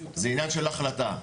זה עניין של החלטה.